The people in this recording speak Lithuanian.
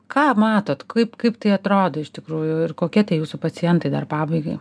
ką matot kaip kaip tai atrodo iš tikrųjų ir kokie tie jūsų pacientai dar pabaigai